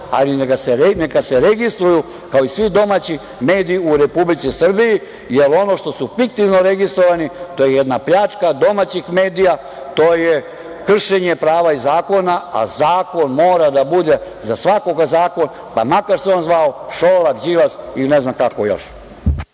ali neka se registruju kao i svi domaći mediji u Republici Srbiji, jel ono što su fiktivno registrovani to je jedna pljačka domaćih medija, to je kršenje prava i zakona, a zakon mora da bude za svakoga zakon, pa makar se on zvao Šolak, Đilas, ili ne znam kako još.